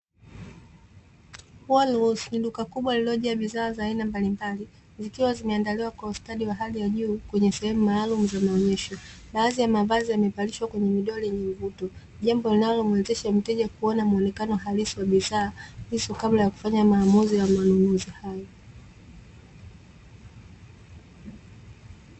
"Wall house" ni duka kubwa lililoja bidhaa za aina mbalimbali zikiwa zimeandaliwa kwa ustadi wa hali ya juu kwenye sehemu maalumu za maonyesho, baadhi ya mavazi yamepandishwa kwenye midoli yenye mvuto jambo linalomwezesha mteja kuona muonekano halisi wa bidhaa, hizo kabla ya kufanya maamuzi ya manunuzi hayo.